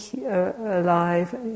alive